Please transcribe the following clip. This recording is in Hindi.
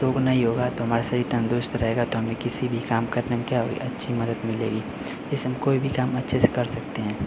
रोग नहीं होगा तो हमारा शरीर तंदुरुस्त रहेगा तो हमें किसी भी काम करने में क्या होगा अच्छी मदद मिलेगी जैसे हम कोई भी काम अच्छे से कर सकते हैं